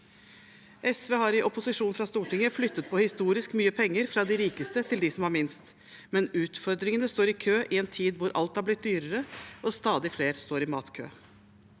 SV har i opposisjon på Stortinget flyttet på historisk mye penger fra de rikeste til dem som har minst, men utfordringene står i kø i en tid hvor alt har blitt dyrere og stadig flere står i matkø.